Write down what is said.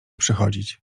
przychodzić